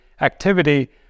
activity